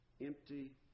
empty